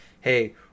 hey